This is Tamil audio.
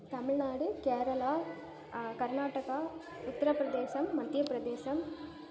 தமிழ்நாடு கேரளா கர்நாடகா உத்திரப்பிரதேசம் மத்தியப்பிரதேசம்